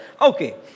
Okay